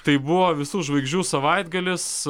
tai buvo visų žvaigždžių savaitgalis